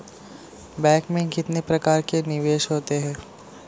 Bank में कितने प्रकार के निवेश होते हैं?